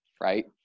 right